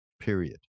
period